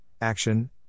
action